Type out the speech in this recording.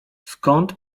skąd